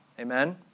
Amen